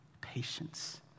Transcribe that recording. patience